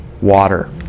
water